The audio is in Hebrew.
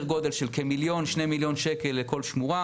גודל של כמיליון-2 מיליון שקל לכל שמורה,